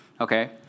okay